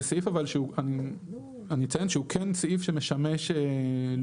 זה סעיף אבל אני אציין שהוא כן סעיף שמשמש לא